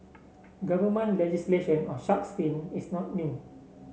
government legislation on shark's fin is not new